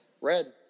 red